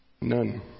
None